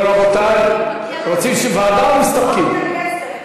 חיילים, נו, רבותי, רוצים ועדה או מסתפקים?